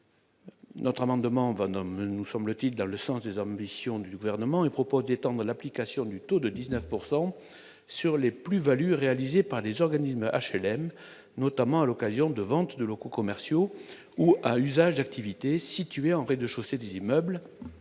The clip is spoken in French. notre amendement Vendôme, nous semble-t-il, dans le sens des ambitions du gouvernement et propose d'étendre l'application du taux de 19 pourcent sur les plus-values réalisées par les organismes HLM, notamment à l'occasion de vente de locaux commerciaux ou à usage activité située en rez de chaussée des immeubles